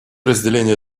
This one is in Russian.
разделение